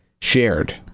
shared